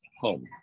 home